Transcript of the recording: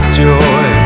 joy